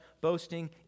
boasting